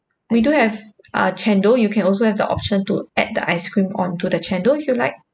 we do have uh chendol you can also have the option to add the ice cream onto the chendol if you like